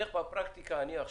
אבל איך בפרקטיקה אני עכשיו